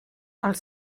els